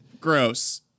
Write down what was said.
gross